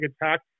attack